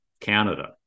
Canada